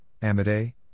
Amade